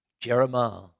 Jeremiah